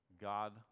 God